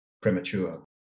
premature